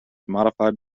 modified